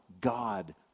God